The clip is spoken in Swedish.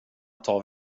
tar